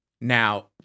now